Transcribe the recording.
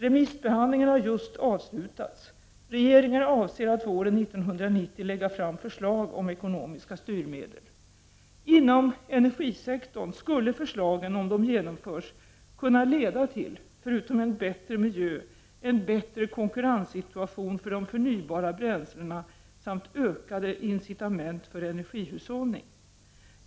Remissbehandlingen har just avslutats. Regeringen avser att våren 1990 lägga fram förslag om ekonomiska styrmedel. Inom energisektorn skulle förslagen, om de genomförs, kunna leda till — förutom en bättre miljö — en bättre konkurrenssituation för de förnybara bränslena samt ökade incitament för energihushållning.